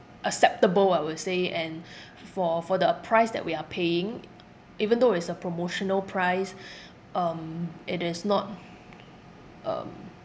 acceptable I will say and for for the uh price that we are paying even though it's a promotional price um it is not um